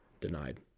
denied